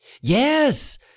Yes